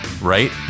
Right